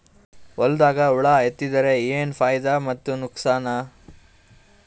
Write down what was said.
ಹೊಲದಾಗ ಹುಳ ಎತ್ತಿದರ ಏನ್ ಫಾಯಿದಾ ಮತ್ತು ನುಕಸಾನ?